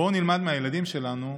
בואו נלמד מהילדים שלנו,